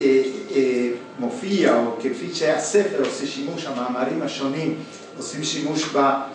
מופיע או כפי שהספר עושה שימוש, המאמרים השונים עושים שימוש ב